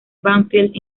banfield